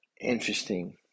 interesting